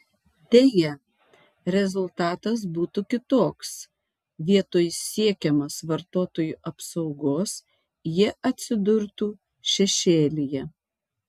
deja rezultatas būtų kitoks vietoj siekiamos vartotojų apsaugos jie atsidurtų šešėlyje